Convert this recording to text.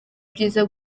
byiza